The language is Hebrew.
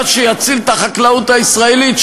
מה שיציל את החקלאות הישראלית,